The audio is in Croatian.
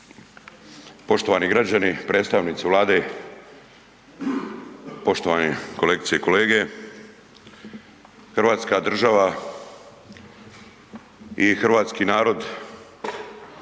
Poštovani građani, predstavnici Vlade, poštovani kolegice i kolege. Hrvatska država i hrvatski narod